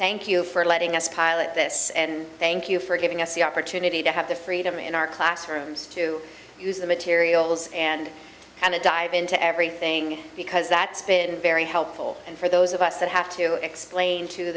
thank you for letting us pilot this and thank you for giving us the opportunity to have the freedom in our classrooms to use the materials and and to dive into everything because that's been very helpful and for those of us that have to explain to